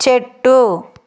చెట్టు